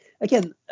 Again